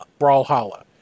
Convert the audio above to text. Brawlhalla